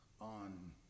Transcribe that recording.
on